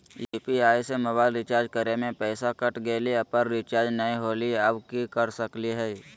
UPI से mobile recharge करे में पैसा कट गेलई, पर रिचार्ज नई होलई, अब की कर सकली हई?